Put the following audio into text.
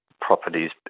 properties